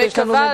אני מקווה,